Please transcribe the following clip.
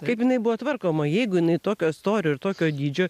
kaip jinai buvo tvarkoma jeigu jinai tokio storio ir tokio dydžio